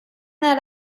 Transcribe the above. that